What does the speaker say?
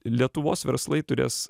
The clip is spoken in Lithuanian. lietuvos verslai turės